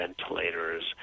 ventilators